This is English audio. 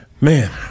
Man